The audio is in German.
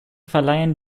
verleihen